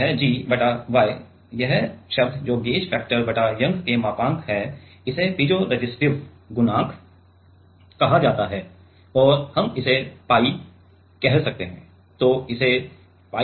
ये G बटा Y यह शब्द जो गेज फैक्टर बटा यंग के मापांक है इसे पीज़ोरेसिस्टिव गुणांक कहा जाता है और हम इसे पाई 𝜋 कह सकते हैं